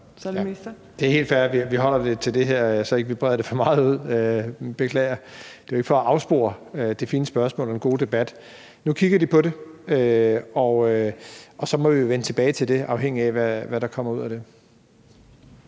Det er helt fair, at vi holder det til det her, så vi ikke breder det for meget ud – beklager. Det er ikke for at afspore det fine spørgsmål og den gode debat. Nu kigger Skatterådet på det, og så må vi vende tilbage til det, afhængigt af hvad der kommer ud af det.